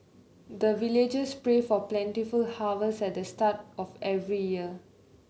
the villagers pray for plentiful harvest at the start of every year